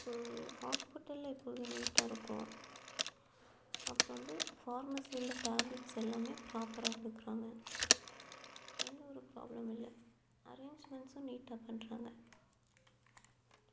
so ஹாஸ்பிட்டலில் எப்பொழுதும் நீட்டாக இருக்கும் அப்பிறம் வந்து ஃபார்மஸியில் டேப்லட்ஸ் வந்து எல்லாம் ப்ராப்பராக கொடுக்குறாங்க எந்த ஒரு பிராப்ளமும் இல்லை அரேஞ்ச்மென்ட்ஸும் நீட்டாக பண்ணுறாங்க